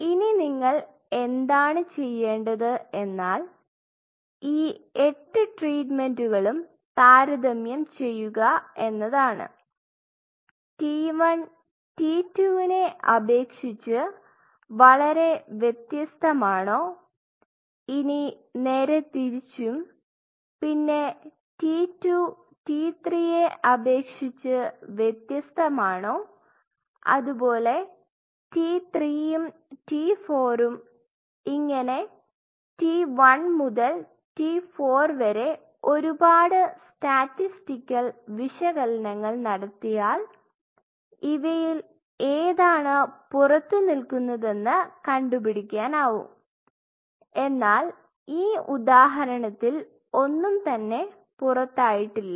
ഇനി നിങ്ങൾ എന്താണ് ചെയ്യേണ്ടത് എന്നാൽ ഈ 8 ട്രീറ്റ്മെൻറ്കളും താരതമ്യം ചെയ്യുക എന്നതാണ് T1 T2 വിനെ അപേക്ഷിച്ച് വളരെ വ്യത്യസ്തമാണോ ഇനി നേരെ തിരിച്ചും പിന്നെ T2 T3യെ അപേക്ഷിച്ച് വ്യത്യസ്തമാണോ അതേപോലെ T3 യും T4 ഉം ഇങ്ങനെ T1 മുതൽ T4 വരെ ഒരുപാട് സ്റ്റാറ്റിസ്റ്റിക്കൽ വിശകലനങ്ങൾ നടത്തിയാൽ ഇവയിൽ ഏതാണ് പുറത്തു നിൽക്കുന്നതെന്ന് കണ്ടുപിടിക്കാനാവും എന്നാൽ ഈ ഉദാഹരണത്തിൽ ഒന്നും തന്നെ പുറത്തായിട്ടില്ല